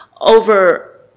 over